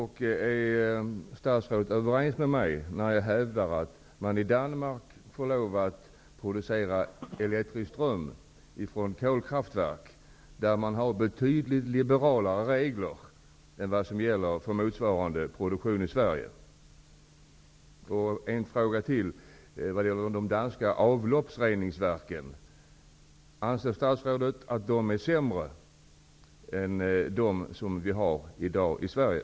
Är statsrådet överens med mig när jag hävdar att man i Danmark får producera elektrisk ström i kolkraftverk med betydligt liberalare regler än de som gäller för motsvarande produktion i Sverige? Jag har en fråga till som gäller de danska avloppsreningsverken. Anser statsrådet att de fungerar sämre än de som i dag finns i Sverige?